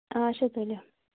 آچھا تُلِو